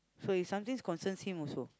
so is something concerns him also